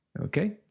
okay